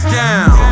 down